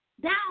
down